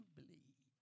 believe